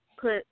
put